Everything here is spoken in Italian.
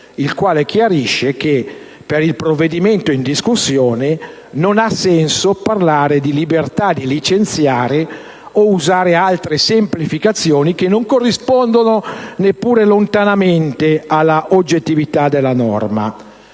il quale chiarisce che per il provvedimento in discussione «non ha senso parlare di libertà di licenziare o usare altre semplificazioni che non corrispondono, neppure lontanamente, alla oggettività della norma».